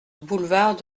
boulevard